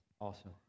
Awesome